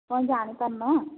କ'ଣ ଜାଣିପାରୁନ